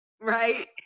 Right